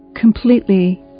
completely